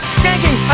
skanking